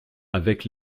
avec